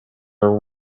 are